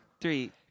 three